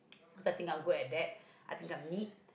cause I think I'm good at that I think I'm neat